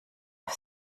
auf